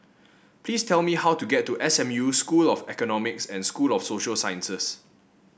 please tell me how to get to S M U School of Economics and School of Social Sciences